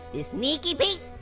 this sneaky pete!